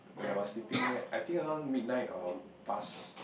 when I was sleeping leh I think around midnight or past